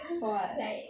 for what